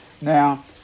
Now